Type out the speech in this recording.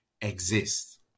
exist